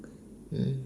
mm